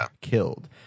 killed